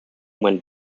went